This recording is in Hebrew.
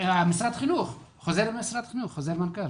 חוזר מנכ"ל